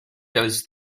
does